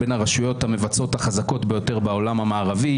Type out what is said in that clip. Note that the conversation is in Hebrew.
היא בין הרשויות המבצעות החזקות ביותר בעולם המערבי.